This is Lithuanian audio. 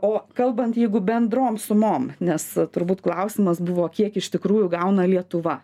o kalbant jeigu bendrom sumom nes turbūt klausimas buvo kiek iš tikrųjų gauna lietuva